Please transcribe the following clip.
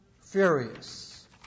furious